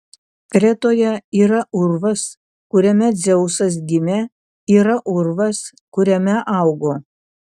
kretoje yra urvas kuriame dzeusas gimė yra urvas kuriame augo